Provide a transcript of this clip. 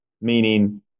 meaning